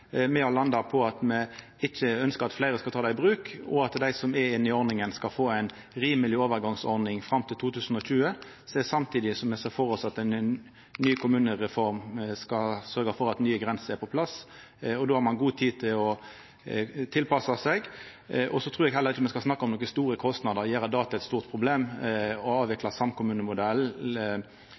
Me har landa på at me ikkje ønskjer at fleire skal ta det i bruk, og at dei som er inne i ordninga, skal få ei rimeleg overgangsordning fram til 2020, som er same tida som me ser for oss at ei ny kommunereform skal sørgja for at nye grenser er på plass. Då har ein god tid til å tilpassa seg. Så trur eg heller ikkje me skal snakka om nokon store kostnader – og gjere det til eit stort problem. Å avvikla